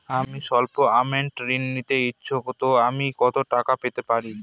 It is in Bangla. আমি সল্প আমৌন্ট ঋণ নিতে ইচ্ছুক তো আমি কত টাকা পেতে পারি?